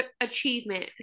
achievement